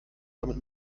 damit